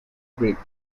brick